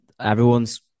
Everyone's